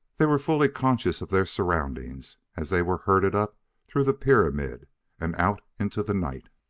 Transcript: they were fully conscious of their surroundings as they were herded up through the pyramid and out into the night,